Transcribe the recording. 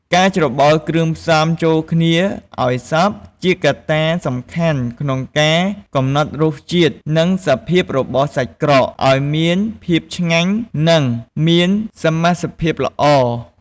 ការច្របល់គ្រឿងផ្សំចូលគ្នាឱ្យសព្វ ជាកត្តាសំខាន់ក្នុងការកំណត់រសជាតិ និងសភាពរបស់សាច់ក្រក ឱ្យមានភាពឆ្ងាញ់ និងមានសមាសភាពល្អ។